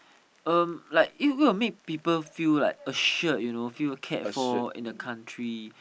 um like it will make people feel like assured you know feel cared for in a country